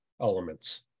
elements